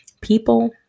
people